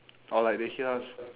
or like they hear us